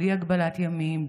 בלי הגבלת ימים,